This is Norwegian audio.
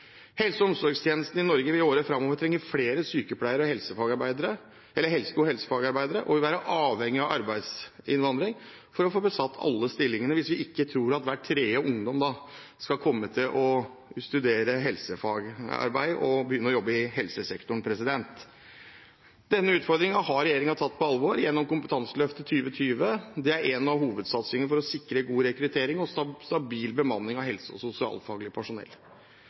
Helse- og omsorgstjenesten i Norge vil i årene framover trenge flere sykepleiere og helsefagarbeidere, og vi vil være avhengig av arbeidsinnvandring for å få besatt alle stillingene – hvis vi ikke tror at hver tredje ungdom kommer til å studere helsefagarbeid og begynne å jobbe i helsesektoren. Denne utfordringen har regjeringen tatt på alvor gjennom Kompetanseløftet 2020. Det er en av hovedsatsingene for å sikre god rekruttering og stabil bemanning av helse- og sosialfaglig personell.